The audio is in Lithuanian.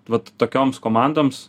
vat tokioms komandoms